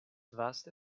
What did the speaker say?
vaste